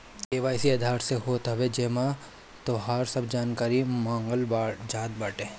KYC Aadhaar से होत हवे जेमे तोहार सब जानकारी मांगल जात बाटे